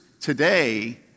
today